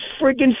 freaking